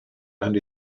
and